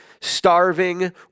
starving